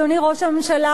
אדוני ראש הממשלה,